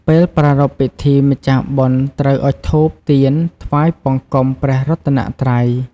ពេលប្រារព្វពិធីម្ចាស់បុណ្យត្រូវអុជធូប ទៀន ថ្វាយបង្គំព្រះរតនត្រ័យ។